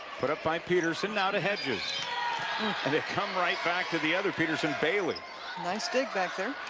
put up by petersen now to hedges and it comes right back to the other petersen, baylee nice dig back there.